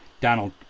Donald